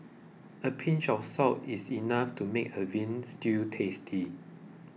a pinch of salt is enough to make a Veal Stew tasty